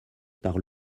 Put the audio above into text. par